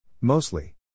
Mostly